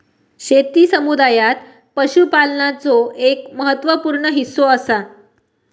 शेती समुदायात पशुपालनाचो एक महत्त्व पूर्ण हिस्सो असा